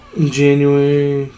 January